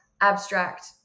abstract